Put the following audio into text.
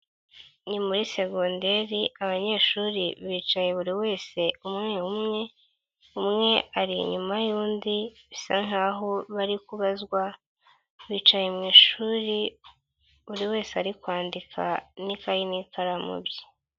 Ni muri segonderi abanyeshuri bicaye buri wese umwe umwe, umwe ari inyuma y'undi bisa nk'aho bari kubazwa, bicaye mu ishuri buri wese ari kwandika n'ikayi n'ikaramu bye.